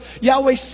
Yahweh